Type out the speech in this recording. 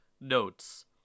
Notes